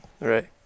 Right